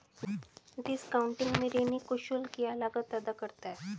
discounting में ऋणी कुछ शुल्क या लागत अदा करता है